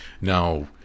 Now